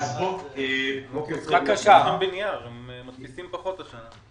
גם חסכו בנייר, הם מדפיסים פחות השנה.